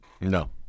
No